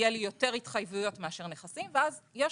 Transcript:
יהיה לי יותר התחייבויות מאשר נכסים ואז יש